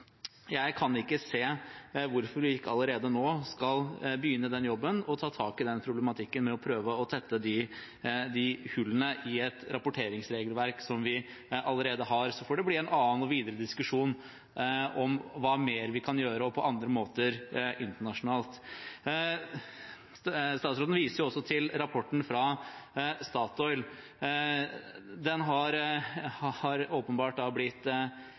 ta tak i den problematikken med å prøve å tette de hullene i et rapporteringsregelverk som vi allerede har. Så får det bli en annen og videre diskusjon om hva mer vi kan gjøre – og på andre måter – internasjonalt. Statsråden viser også til rapporten fra Statoil. Den har åpenbart blitt vist fram som et eksempel til etterfølgelse. Men den har også fått kritikk for å blande oppstrøms- og nedstrømstall i rapporteringen sin. Da